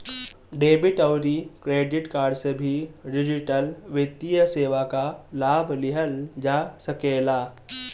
debit अउरी credit card से भी डिजिटल वित्तीय सेवा कअ लाभ लिहल जा सकेला